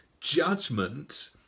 Judgment